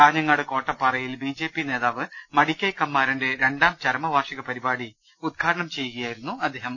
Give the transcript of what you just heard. കാഞ്ഞങ്ങാട് കോട്ട പ്പാറയിൽ B J P നേതാവ് മടിക്കൈ കമ്മാരന്റെ രണ്ടാം ചരമ വാർഷിക പരിപാടി ഉദ്ഘാടനം ചെയ്യുകയായിരുന്നു സുരേന്ദ്രൻ